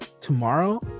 tomorrow